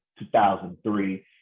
2003